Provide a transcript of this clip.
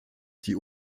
die